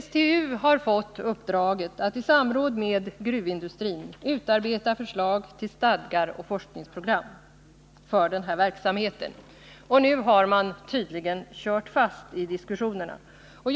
STU har fått uppdraget att i samråd med gruvindustrin utarbeta förslag till stadgar och forskningsprogram för den här verksamheten. Nu har man tydligen kört fast i diskussionerna.